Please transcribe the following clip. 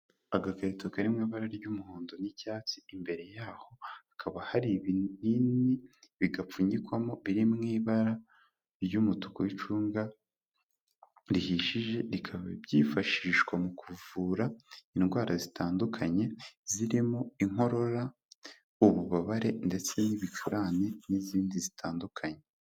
Agakarito kari mu ibara ry'umuhondo n'icyatsi, imbere yaho hakaba hari ibinini bigapfunyikwamo biri mu ibara ry'umutuku w'icunga rihishije, bikaba byifashishwa mu kuvura indwara zitandukanye zirimo: inkorora, ububabare ndetse n'ibicurane n'izindi zitandukanye.